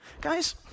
Guys